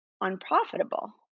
unprofitable